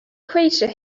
creature